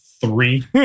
three